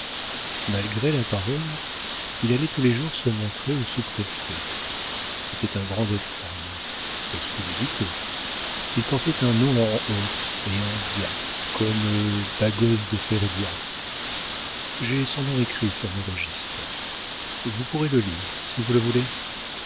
malgré la parole il allait tous les jours se montrer au sous-préfet c'était un grand d'espagne excusez du peu il portait un nom en os et en dia comme bagos de férédia j'ai son nom écrit sur mes registres vous pourrez le lire si vous le voulez